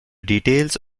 details